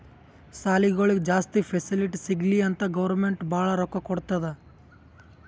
ಸಾಲಿಗೊಳಿಗ್ ಜಾಸ್ತಿ ಫೆಸಿಲಿಟಿ ಸಿಗ್ಲಿ ಅಂತ್ ಗೌರ್ಮೆಂಟ್ ಭಾಳ ರೊಕ್ಕಾ ಕೊಡ್ತುದ್